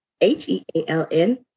H-E-A-L-N